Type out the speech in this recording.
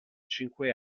cinque